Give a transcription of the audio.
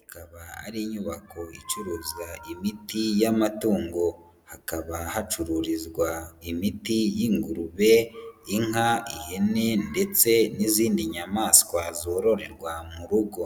ikaba ari inyubako icuruza imiti y'amatungo, hakaba hacururizwa imiti y'ingurube, inka, ihene ndetse n'izindi nyamaswa zororerwa mu rugo.